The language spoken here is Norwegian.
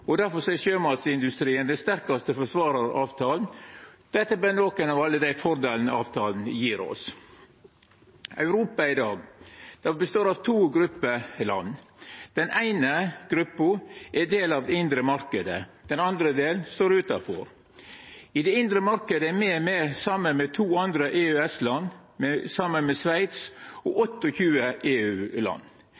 er sjømatindustrien den sterkaste forsvararen av avtalen. Dette er berre nokre av alle dei fordelane avtalen gjev oss. Europa i dag består av to grupper med land. Den eine gruppa er ein del av den indre marknaden. Den andre gruppa står utanfor. I den indre marknaden er me med saman med to andre EØS-land, saman med Sveits og